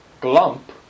glump